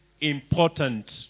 important